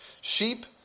Sheep